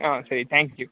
ಆಂ ಸರಿ thank you